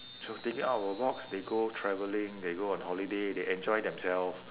so thinking out of the box they go travelling they go on holiday they enjoy themselves